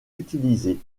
utilisé